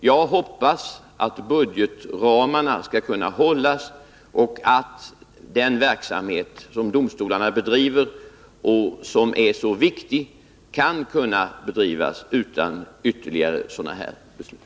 Jag hoppas att budgetramarna skall kunna hållas och att den verksamhet som domstolarna bedriver och som är så viktig skall kunna bedrivas utan ytterligare sådana här beslut.